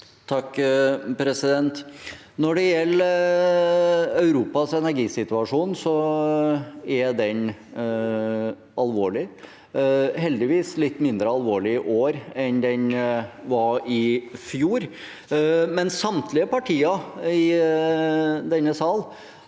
(SV) Når det gjelder Europas energisituasjon, er den alvorlig. Heldigvis er den litt mindre alvorlig i år enn den var i fjor. Samtlige partier i denne salen